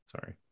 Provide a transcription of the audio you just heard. sorry